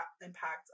impact